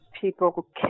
people